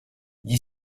gli